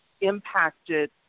impacted